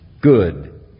good